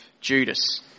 Judas